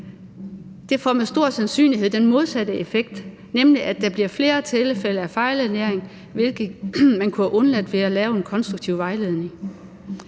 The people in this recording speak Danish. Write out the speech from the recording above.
Det får med stor sandsynlighed den modsatte effekt, nemlig at der bliver flere tilfælde af fejlernæring, hvilket man kunne have undgået ved at lave en konstruktiv vejledning.